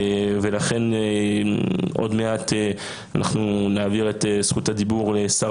לכן עוד מעט אנחנו נעביר את זכות הדיבור לשר